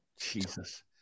jesus